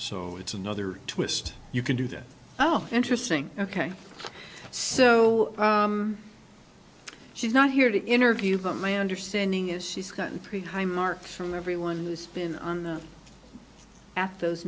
so it's another twist you can do that oh interesting ok so she's not here to interview but my understanding is she's gotten pretty high marks from everyone who's been on the at those